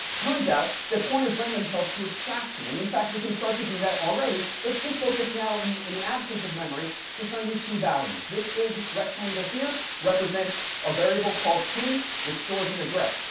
turns out that pointers lend themselves to abstraction. and in fact, we can start to do that already. let's just focus now in in the absence of memory, just on these two values. this big rectangle here represents a variable called p, which stores an address.